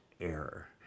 error